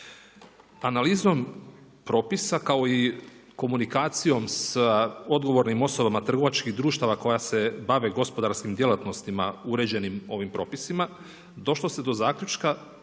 Analizom propisa kao i komunikacijom sa odgovornim osobama trgovačkih društava koja se bave gospodarskim djelatnostima uređenim ovim propisima, došlo se do zaključka